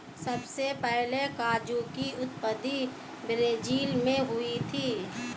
सबसे पहले काजू की उत्पत्ति ब्राज़ील मैं हुई थी